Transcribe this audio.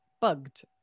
bugged